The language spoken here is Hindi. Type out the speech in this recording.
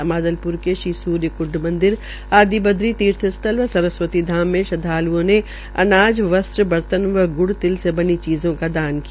अमादलप्र के श्री सूर्य क्ंड मंदिर आदि बद्री तीर्थ स्थल व सरस्वती धाम में श्रद्वालुओं ने अनाज वस्त्र बर्तन व ग्रुड तिल से बनी चीजों का दान किया